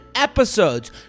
Episodes